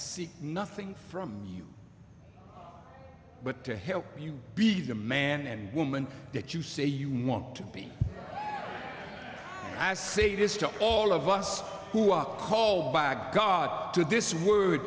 see nothing from you but to help you be the man and woman that you say you want to be i say this to all of us who are called by god to this word